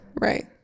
right